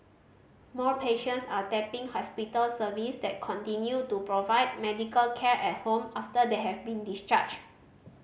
more patients are tapping hospital service that continue to provide medical care at home after they have been discharged